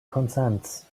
consents